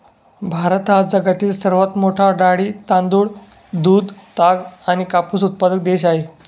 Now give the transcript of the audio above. भारत हा जगातील सर्वात मोठा डाळी, तांदूळ, दूध, ताग आणि कापूस उत्पादक देश आहे